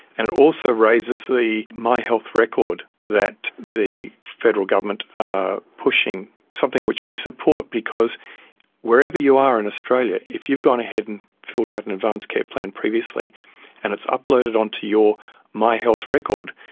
and it also raises the my health record that the federal government are pushing, something which we support because wherever you are in australia, if you've gone ahead and filled out an advanced care plan previously and it's uploaded onto your my health record,